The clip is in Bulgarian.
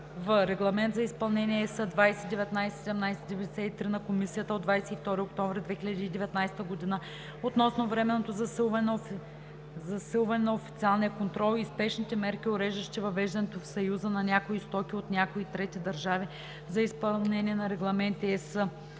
„в) Регламент за изпълнение (ЕС) 2019/1793 на Комисията от 22 октомври 2019 г. относно временното засилване на официалния контрол и спешните мерки, уреждащи въвеждането в Съюза на някои стоки от някои трети държави за изпълнение на регламенти (ЕС)